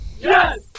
Yes